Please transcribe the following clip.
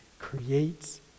Creates